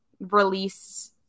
release